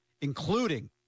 including